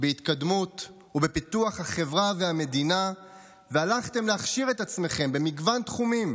בהתקדמות ובפיתוח החברה והמדינה והלכתם להכשיר את עצמכם במגוון תחומים,